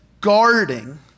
guarding